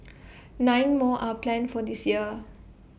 nine more are planned for this year